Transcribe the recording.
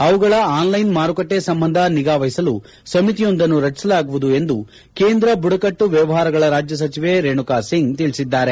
ಅವುಗಳ on line ಮಾರುಕಟ್ಟೆ ಸಂಬಂಧ ನಿಗಾವಹಿಸಲು ಸಮಿತಿಯೊಂದನ್ನು ರಚಿಸಲಾಗುವುದು ಎಂದು ಕೇಂದ್ರ ಬುಡಕಟ್ಟು ವ್ಯವಹಾರಗಳ ರಾಜ್ಯ ಸಚಿವೆ ರೇಣುಕಾಸಿಂಗ್ ತಿಳಿಸಿದ್ದಾರೆ